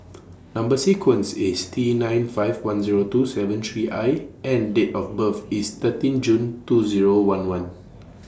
Number sequence IS T nine five one Zero two seven three I and Date of birth IS thirteen June two Zero one one